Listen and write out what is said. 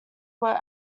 were